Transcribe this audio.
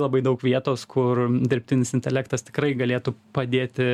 labai daug vietos kur dirbtinis intelektas tikrai galėtų padėti